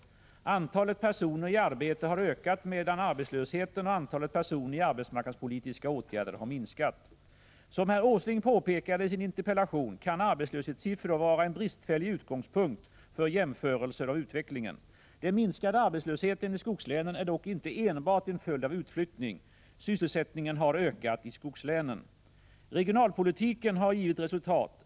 Antalet personer i arbete har ökat medan arbetslösheten och antalet personer i arbetsmarknadspolitiska åtgärder har minskat. Som Nils G. Åsling påpekar i sin interpellation kan arbetslöshetssiffror vara en bristfällig utgångspunkt för jämförelser av utvecklingen. Den minskade arbetslösheten i skogslänen är dock inte enbart en följd av utflyttning. Sysselsättningen har ökat i skogslänen. Regionalpolitiken har givit resultat.